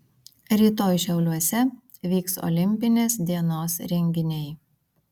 rytoj šiauliuose vyks olimpinės dienos renginiai